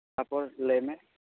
ᱛᱟᱨᱯᱚᱨ ᱞᱟᱹᱭ ᱢᱮ